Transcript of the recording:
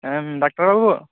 doctor ᱵᱟ ᱵᱩ